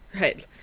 right